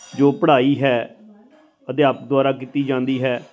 ਜੋ ਪੜ੍ਹਾਈ ਹੈ ਅਧਿਆਪਕ ਦੁਆਰਾ ਕੀਤੀ ਜਾਂਦੀ ਹੈ